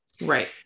Right